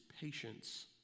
patience